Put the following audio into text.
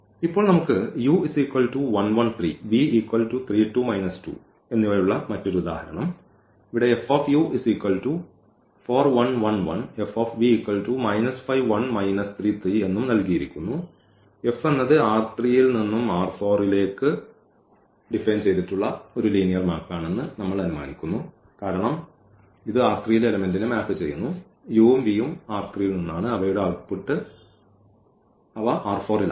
ഇപ്പോൾ നമുക്ക് ഉള്ള മറ്റൊരു ഉദാഹരണം എന്നും നൽകിയിരിക്കുന്നു F ഈ ൽ നിന്നു ലേക്കുള്ള ഒരു ലീനിയർ മാപ്പാമാണെന്ന് നമ്മൾ അനുമാനിക്കുന്നു കാരണം ഇത് യിലെ എലെമെന്റിനെ മാപ്പ് ചെയ്യുന്നു ഈ u ഉം v ഉം ൽ നിന്നാണ് അവയുടെ ഔട്ട്പുട്ട് ൽ ആണ്